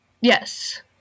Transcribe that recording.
yes